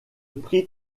prix